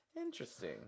Interesting